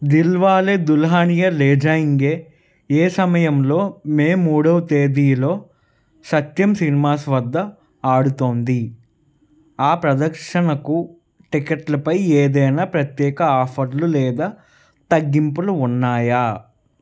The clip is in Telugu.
దిల్వాలే దుల్హానియే లే జాయింగే ఏ సమయంలో మే మూడవ తేదీలో సత్యం సినిమాస్ వద్ద ఆడుతోంది ఆ ప్రదక్షనకు టికెట్లపై ఏదైనా ప్రత్యేక ఆఫర్లు లేదా తగ్గింపులు ఉన్నాయా